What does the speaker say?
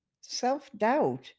self-doubt